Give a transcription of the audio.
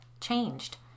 changed